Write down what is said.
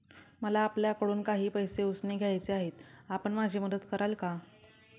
मला आपल्याकडून काही पैसे उसने घ्यायचे आहेत, आपण माझी मदत कराल का?